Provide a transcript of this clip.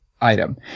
item